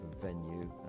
venue